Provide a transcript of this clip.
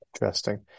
Interesting